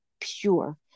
pure